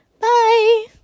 Bye